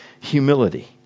humility